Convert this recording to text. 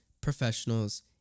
professionals